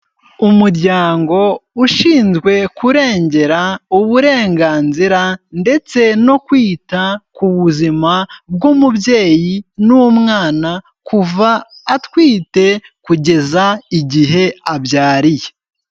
Umuryango Ushinzwe Kurengera Uburenganzira ndetse no Kwita ku Buzima bw'Umubyeyi n'Umwana kuva atwite, kugeza igihe abyariye.